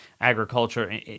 agriculture